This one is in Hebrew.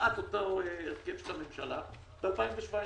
כמעט אותו הרכב של הממשלה ב-2017.